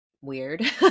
weird